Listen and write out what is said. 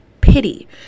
pity